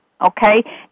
Okay